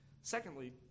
Secondly